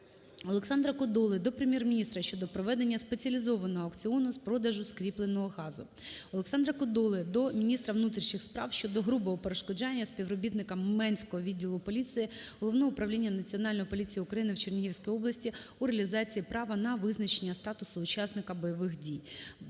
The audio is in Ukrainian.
Олександра Кодоли до Прем'єр-міністра щодо проведення спеціалізованого аукціону з продажу скрапленого газу. Олександра Кодоли до міністра внутрішніх справ щодо грубого перешкоджання співробітникам Менського відділу поліції Головного управління Національної поліції України в Чернігівській області у реалізації права на визначення статусу учасника бойових дій.